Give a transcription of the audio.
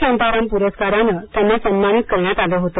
शांताराम पुरस्काराने त्यांना सन्मानित करण्यात आलं होत